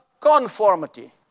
conformity